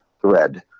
thread